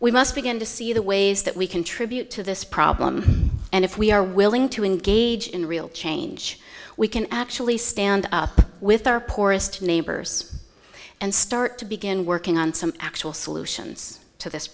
begin to see the ways that we contribute to this problem and if we are willing to engage in real change we can actually stand up with our poorest neighbors and start to begin working on some actual solutions to this